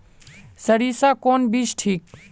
सरीसा कौन बीज ठिक?